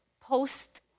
post